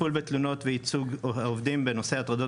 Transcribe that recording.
טיפול בתלונות וייצוג העובדים בנושא הטרדות